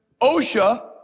OSHA